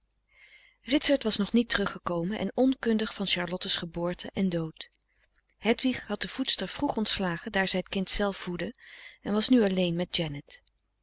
ritsert was nog niet teruggekomen en onkundig van charlotte's geboorte en dood hedwig had de voedster vroeg ontslagen daar zij t kind zelve voedde en was nu alleen met